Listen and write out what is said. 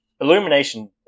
Illumination